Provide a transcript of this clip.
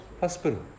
Hospital